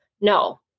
No